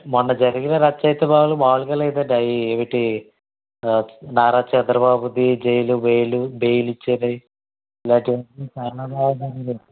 మొన్న జరిగిన రచ్చ అయితే బాబు మాములుగా లేదండి అది ఏమిటి నారా చంద్రబాబుది జైలు బెయిల్ బెయిల్ ఇచ్చింది ఇలాంటివన్నీ చాలా